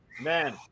man